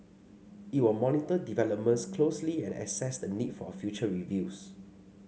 it will monitor developments closely and assess the need for a future reviews